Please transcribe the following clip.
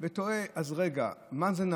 תוהה: אז רגע, מה נכון?